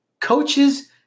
Coaches